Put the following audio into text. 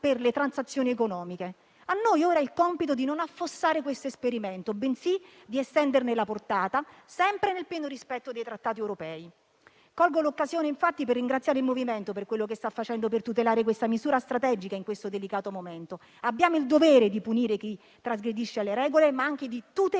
grazie a tutti